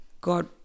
God